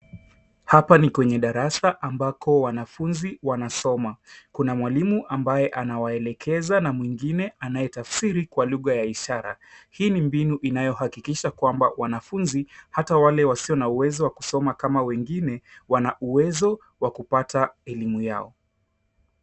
Hapa ni kwenye darasa ambako wanafunzi wanasoma. Kuna mwalimu ambaye anawaelekeza na mwingine anayetasfiri kwa lugha ya ishara. Hii ni mbinu inayohakikisha kwamba wanafunzi, hata wale wasio na uwezo wa kusoma kama wengine, wana uwezo wa kupata elimu yao.